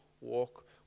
walk